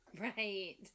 Right